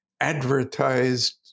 advertised